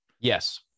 Yes